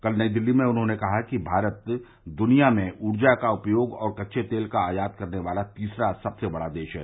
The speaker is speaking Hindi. कल नई दिल्ली में उन्होंने कहा कि भारत दुनिया में ऊर्जा का उपयोग और कच्चे तेल का आयात करने वाला तीसरा सबसे बड़ा देश है